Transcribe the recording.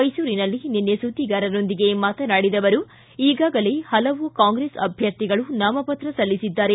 ಮೈಸೂರಿನಲ್ಲಿ ನಿನ್ನೆ ಸುದ್ದಿಗಾರರೊಂದಿಗೆ ಮಾತನಾಡಿದ ಅವರು ಈಗಾಗಲೇ ಹಲವು ಕಾಂಗ್ರೆಸ್ ಅಭ್ವರ್ಥಿಗಳು ನಾಮಪತ್ರ ಸಲ್ಲಿಸಿದ್ದಾರೆ